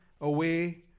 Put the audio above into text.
Away